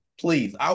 Please